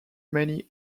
many